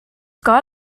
got